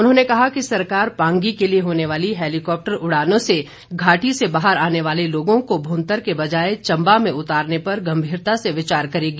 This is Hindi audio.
उन्होंने कहा कि सरकार पांगी के लिए होने वाली हेलीकॉप्टर उड़ानों से घाटी से बाहर आने वाले लोगों को भूंतर के बजाए चंबा में उतारने पर गंभीरता से विचार करेगी